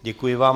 Děkuji vám.